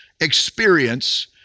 experience